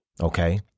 Okay